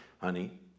honey